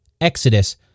Exodus